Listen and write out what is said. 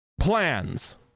plans